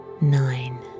nine